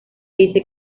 dice